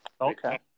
Okay